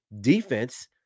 defense